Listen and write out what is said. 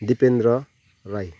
Dipendra Rai